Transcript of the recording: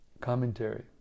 Commentary